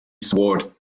sword